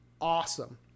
awesome